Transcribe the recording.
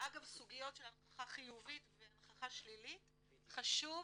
ואגב סוגיות של הנכחה חיובית והנכחה שלילית, חשוב